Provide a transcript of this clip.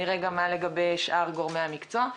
נראה גם מה לגבי שאר גורמי המקצוע.